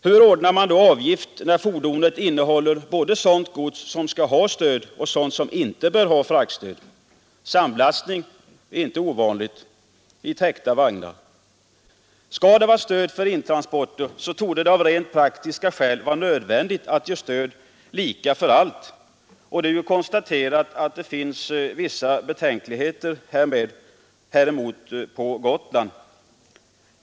Hur ordnar man då avgiftens fastställande när fordonet innehåller både sådant gods som skall ha stöd och sådant som inte bör ha fraktstöd? Samlastning är inte ovanlig. I täckta vagnar. Skall det vara stöd för intransporter, torde det av rent praktiska skäl vara nödvändigt att ge stöd som är lika för allt. Och det är ju konstaterat att det finns vissa betänkligheter häremot på Gotland.